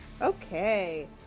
Okay